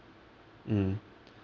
mm